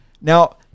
Now